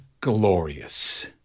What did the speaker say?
glorious